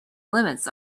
limits